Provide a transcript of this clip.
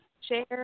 share